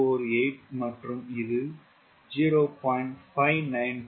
648 மற்றும் இது 0